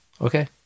Okay